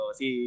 si